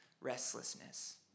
restlessness